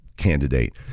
candidate